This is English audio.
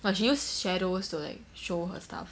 but she use shadows to like show her stuff